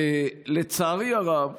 לצערי הרב,